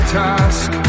task